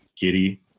giddy